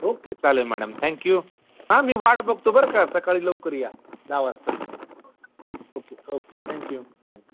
okay चालेल madam thank you हा मी वाट बघतो बरं सकाळी लवकर या दहा वाजता ओके ओके थँक्यू थँक्यू